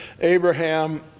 Abraham